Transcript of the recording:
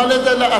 לא היה דיון.